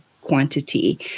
quantity